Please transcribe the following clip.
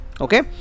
Okay